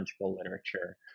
literature